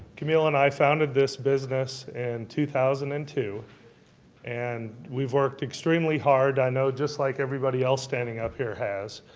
camille and i founded this business in and two thousand and two and we've worked extremely hard, i know just like everybody else standing up here has,